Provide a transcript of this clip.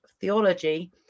theology